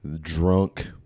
drunk